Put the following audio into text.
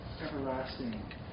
everlasting